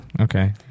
Okay